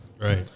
Right